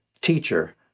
Teacher